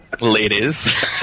Ladies